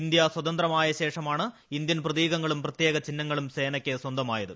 India സ്വതന്ത്രമായശേഷമാണ് Indian പ്രത്രീക്ങളും പ്രത്യേക ചിഹ്നങ്ങളും സ്വന്തമായത്